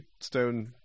stone